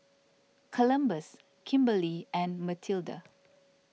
Columbus Kimberli and Matilda